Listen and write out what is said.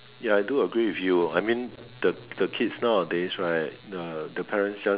ya I do agree with you I mean the the kids nowadays right the the parents just